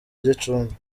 gicumbi